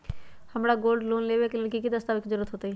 हमरा gold loan लेबे के लेल कि कि दस्ताबेज के जरूरत होयेत?